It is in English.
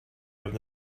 have